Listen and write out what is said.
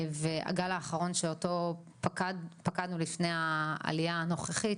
הגל האחרון שאותו פקדנו לפני העלייה הנוכחית,